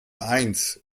eins